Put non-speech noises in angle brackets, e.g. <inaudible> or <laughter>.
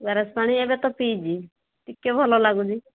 <unintelligible> ପାଣି ଏବେ ତ ପିଇଛି ଟିକେ ଭଲ ଲାଗୁଛି